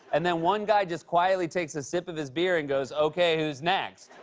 and then one guy just quietly takes a sip of his beer and goes, okay, who's next?